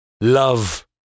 Love